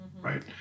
right